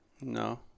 No